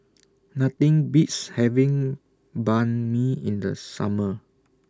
Nothing Beats having Banh MI in The Summer